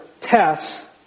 tests